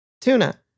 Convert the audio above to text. Tuna